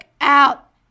out